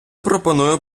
пропоную